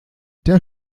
der